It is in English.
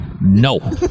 No